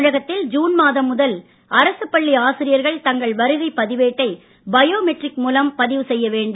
தமிழகத்தில் ஜூன் மாதம் முதல் அரசு பள்ளி ஆசிரியர்கள் தங்கள் வருகைப் பதிவேட்டை பயோமெட்ரிக் மூலம் பதிவு செய்யவேண்டும்